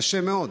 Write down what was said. קשה מאוד.